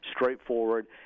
straightforward –